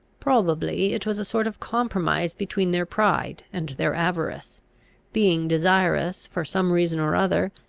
probably it was a sort of compromise between their pride and their avarice being desirous, for some reason or other,